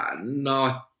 No